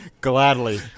Gladly